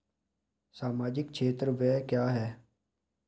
सामाजिक क्षेत्र व्यय क्या है?